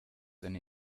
eine